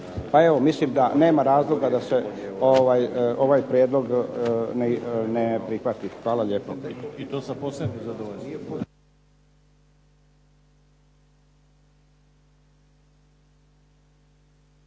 Pa evo, mislim da nema razloga da se ovaj prijedlog ne prihvati. Hvala lijepo.